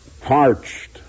parched